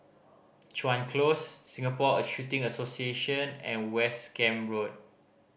Chuan Close Singapore a Shooting Association and West Camp Road